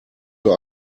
für